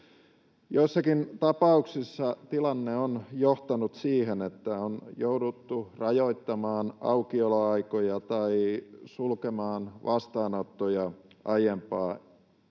Joissakin tapauksissa tilanne on johtanut siihen, että on jouduttu rajoittamaan aukioloaikoja tai sulkemaan vastaanottoja aiempaa